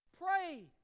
Pray